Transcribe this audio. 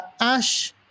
ash